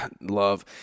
love